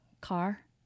car